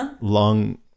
long